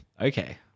Okay